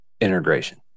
integration